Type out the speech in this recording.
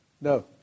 No